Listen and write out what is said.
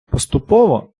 поступово